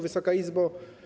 Wysoka Izbo!